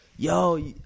Yo